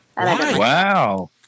Wow